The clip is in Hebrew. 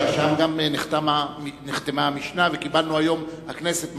שם גם נחתמה המשנה, והכנסת קיבלה היום מתנה,